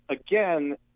Again